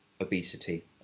obesity